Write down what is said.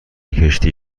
کشتی